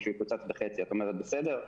את אומרת בסדר?